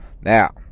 Now